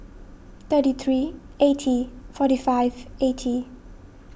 thirty three eighty forty five eighty